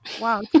wow